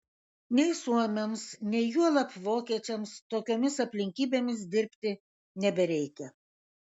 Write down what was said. nei suomiams nei juolab vokiečiams tokiomis aplinkybėmis dirbti nebereikia